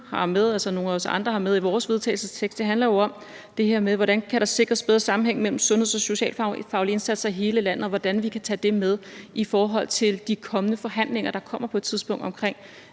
som vi, altså nogle af os andre, har med i vores vedtagelsestekst, handler jo om det her med, hvordan der bedre kan sikres bedre sammenhæng mellem sundheds- og socialfaglige indsatser i hele landet, og hvordan vi kan tage det med i forhold til de kommende forhandlinger, der på et tidspunkt kommer